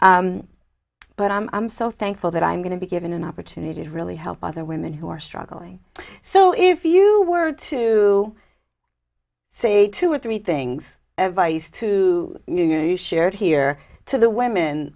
but i'm i'm so thankful that i'm going to be given an opportunity to really help other women who are struggling so if you were to say two or three things every through you know you shared here to the women